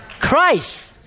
Christ